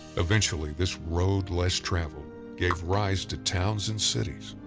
eventually this road less traveled gave rise to towns and cities,